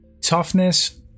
Toughness